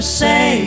say